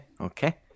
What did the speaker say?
okay